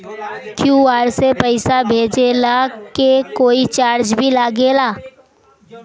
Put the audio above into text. QR से पैसा भेजला के कोई चार्ज भी लागेला?